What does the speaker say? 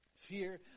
Fear